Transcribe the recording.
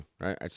right